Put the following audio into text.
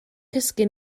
cysgu